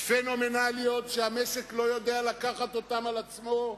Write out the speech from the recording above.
פנומנליות שהמשק לא יודע לקחת על עצמו.